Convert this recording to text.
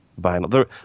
vinyl